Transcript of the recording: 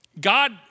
God